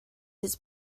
his